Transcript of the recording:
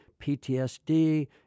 PTSD